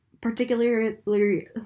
particularly